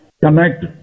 connect